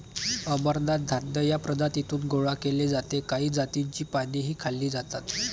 अमरनाथ धान्य या प्रजातीतून गोळा केले जाते काही जातींची पानेही खाल्ली जातात